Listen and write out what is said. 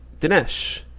Dinesh